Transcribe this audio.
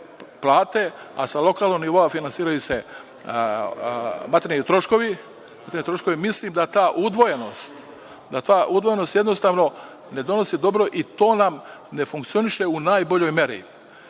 a sa lokalnog nivoa finansiraju materijalni troškovi, mislim da ta udvojenost jednostavno ne donosi dobro i to ne funkcioniše u najboljoj meri.